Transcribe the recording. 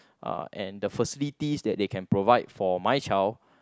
uh and the facilities that they can provide for my child